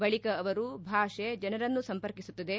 ಬಳಿಕ ಅವರು ಭಾಷೆ ಜನರನ್ನು ಸಂಪರ್ಕಿಸುತ್ತದೆ